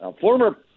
former